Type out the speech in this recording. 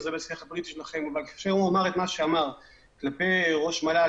אבל דבריו כלפי ראש המל"ל